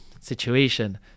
situation